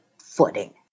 footing